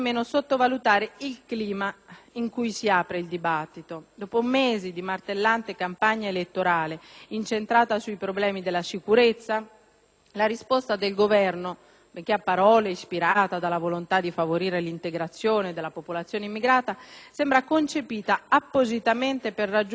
in cui si apre il dibattito: dopo mesi di martellante campagna elettorale incentrata sui problemi della sicurezza, la risposta del Governo, benché a parole sia ispirata dalla volontà di favorire l'integrazione della popolazione immigrata, sembra concepita appositamente per raggiungere l'obiettivo opposto.